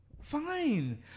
fine